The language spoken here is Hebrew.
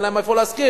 אין להן מאיפה לשכור.